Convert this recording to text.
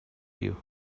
you